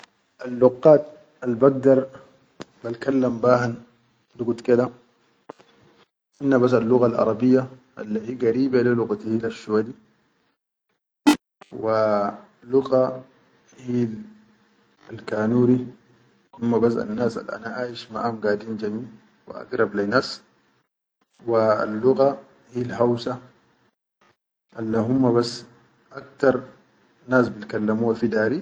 Al luggat al bagdar bal kallaman be han dugud ke da, hinne bas al-luggal arabiya alle hi garibal lugga hil shuwa di, wa lugga hil kanuri humma bas annas anna aish maʼa hum gadin jami wa a garab humma bas aktar nas bilkallamuwa fi dari.